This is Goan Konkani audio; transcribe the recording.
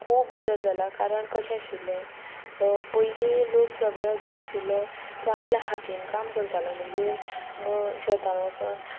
खूब बदल जाला कारण कशें आशिल्लें पयलीं लोक सगळो जो आशिल्लो तो आपल्या हातीन काम करतालो म्हणजे शेतान वचोन